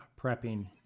prepping